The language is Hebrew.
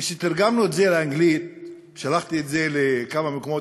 כשתרגמנו את זה לאנגלית שלחתי את זה לכמה מקומות.